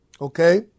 Okay